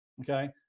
okay